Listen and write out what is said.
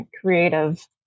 creative